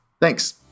Thanks